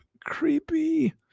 Creepy